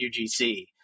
UGC